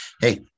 Hey